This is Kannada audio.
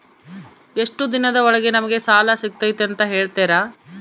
ಎಷ್ಟು ದಿನದ ಒಳಗೆ ನಮಗೆ ಸಾಲ ಸಿಗ್ತೈತೆ ಅಂತ ಹೇಳ್ತೇರಾ?